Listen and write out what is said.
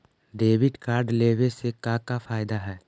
Debit card लेवे से का का फायदा है?